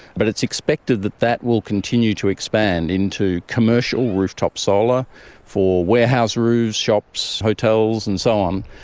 but it's expected that that will continue to expand into commercial rooftop solar for warehouse roofs, shops, hotels and so on.